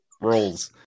rolls